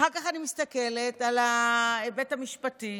אחר כך אני מסתכלת על ההיבט המשפטי,